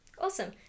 Awesome